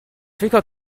treacle